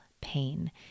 pain